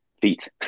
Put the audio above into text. feet